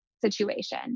situation